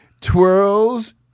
twirls